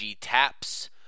taps